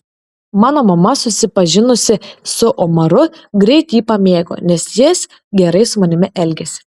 mano mama susipažinusi su omaru greit jį pamėgo nes jis gerai su manimi elgėsi